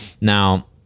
now